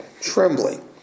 trembling